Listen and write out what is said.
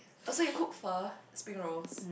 so you cook pho spring-rolls